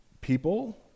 people